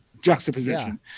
Juxtaposition